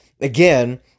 again